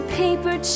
paper